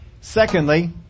Secondly